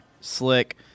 slick